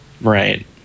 Right